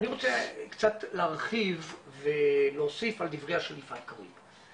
אני רוצה קצת להרחיב ולהוסיף על דבריה של יפעת קריב.